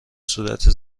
صورت